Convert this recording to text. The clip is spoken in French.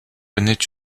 connaît